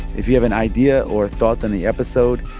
if you have an idea or thoughts on the episode,